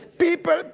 People